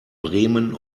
bremen